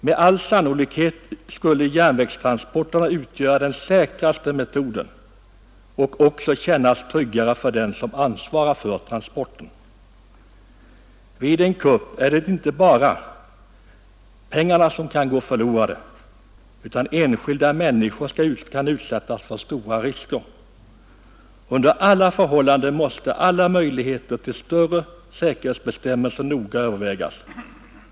Med all säkerhet skulle järnvägstransporterna utgöra den säkraste metoden och också kännas tryggare för den som ansvarar för transporten. Vid en kupp är det inte bara så att pengar kan gå förlorade utan dessutom kan enskilda människor utsättas för stora risker. Under alla förhållanden måste alla möjligheter till bättre säkerhetsbestämmelser noga övervägas.